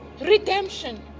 redemption